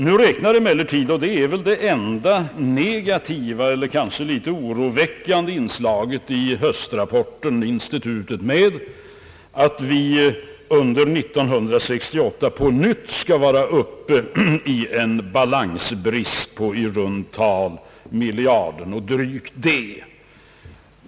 Nu räknar emellertid — och det är väl det enda negativa och kanske litet oroväckande inslaget i höstrapporten — institutet med att vi under 1968 på nytt skall vara uppe i en balansbrist på i runt tal miljarden och drygt det.